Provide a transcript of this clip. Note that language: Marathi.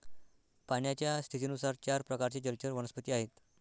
पाण्याच्या स्थितीनुसार चार प्रकारचे जलचर वनस्पती आहेत